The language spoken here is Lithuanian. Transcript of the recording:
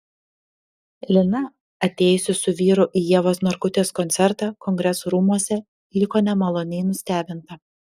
lina atėjusi su vyru į ievos narkutės koncertą kongresų rūmuose liko nemaloniai nustebinta